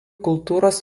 kultūros